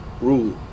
rule